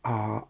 uh